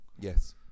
yes